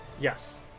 Yes